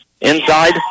inside